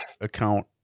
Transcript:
account